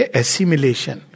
assimilation